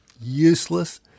useless